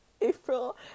April